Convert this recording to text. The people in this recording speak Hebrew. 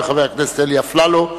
חבר הכנסת אלי אפללו,